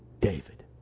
David